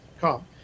come